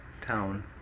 town